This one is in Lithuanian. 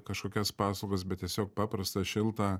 kažkokias pastabas bet tiesiog paprastą šiltą